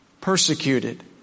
persecuted